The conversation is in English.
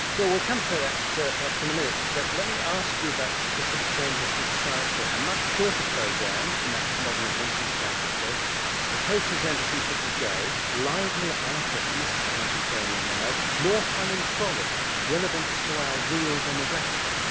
yeah, we'll come so to that perhaps in a minute, but let me ask you about the specific changes to the science show a much shorter program to match modern attention spans i suppose a co-presenter from jjj lively items as you say in your memo, more fun and frolic relevance to our real demographic.